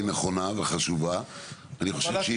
78. פסק הדין של בית המשפט המחוזי משבוע שעבר הוא אירוע שמשליך על